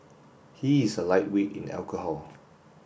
he is a lightweight in alcohol